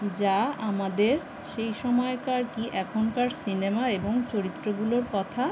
যা আমাদের সেই সময়কার কী এখনকার সিনেমা এবং চরিত্রগুলোর কথা